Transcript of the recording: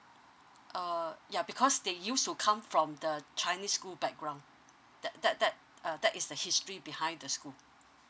err ya because they used to come from the chinese school background that that that uh that is the history behind the school